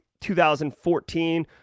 2014